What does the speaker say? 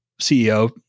CEO